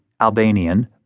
Albanian